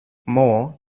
more